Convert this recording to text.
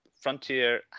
Frontier